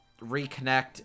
reconnect